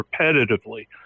repetitively